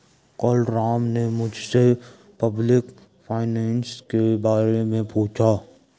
कल राम ने मुझसे पब्लिक फाइनेंस के बारे मे पूछा